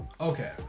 okay